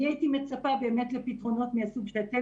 אני הייתי מצפה לפתרונות מהסוג שאתם